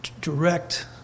direct